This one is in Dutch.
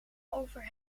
over